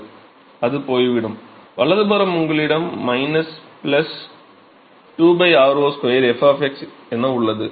எனவே அது போய்விடும் வலது புறம் உங்களிடம் 2 r0 2 f என உள்ளது